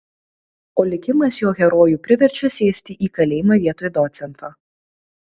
o likimas jo herojų priverčia sėsti į kalėjimą vietoj docento